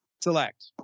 Select